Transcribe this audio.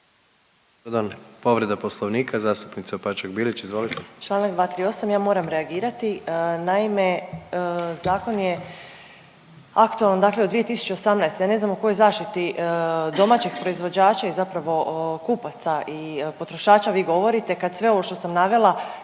povreda poslovnika zastupnica Opačak Bilić, izvolite.